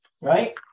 right